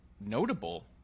notable